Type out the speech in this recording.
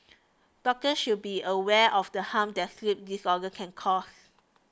doctors should be aware of the harm that sleep disorders can cause